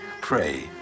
pray